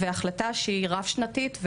החלטה שהיא רב-שנתית,